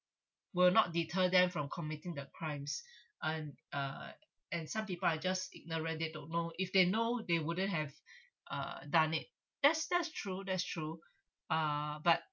will not deter them from committing the crimes and uh and some people are just ignorant they don't know if they know they wouldn't have uh done it that's that's true that's true ah but